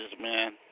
man